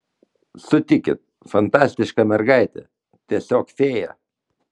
sutikit fantastiška mergaitė tiesiog fėja